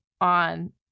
on